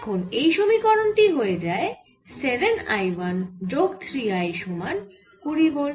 এখন এই সমীকরণ টি হয়ে যায় 7 I 1 যোগ 3 I সমান 20 ভোল্ট